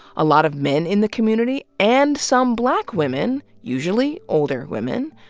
a lot of men in the community, and some black women, usually older women,